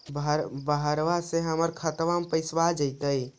बहरबा से हमर खातबा में पैसाबा आ जैतय?